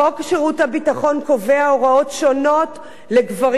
חוק שירות הביטחון קובע הוראות שונות לגברים